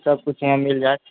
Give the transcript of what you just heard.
सबकिछु यहाँ मिल जाइत